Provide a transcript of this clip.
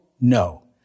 No